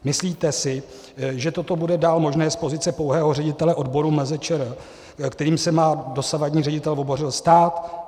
Myslíte si, že toto bude dál možné z pozice pouhého ředitele odboru MZ ČR, kterým se má dosavadní ředitel Vobořil stát?